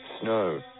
snow